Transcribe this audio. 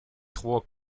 trois